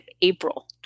April